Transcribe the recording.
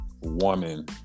woman